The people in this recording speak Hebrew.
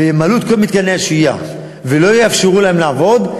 וימלאו את כל מתקני השהייה ולא יאפשרו להם לעבוד,